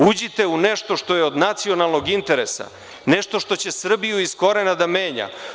Uđite u nešto što je od nacionalnog interesa, nešto što će Srbiju iz korena da menja.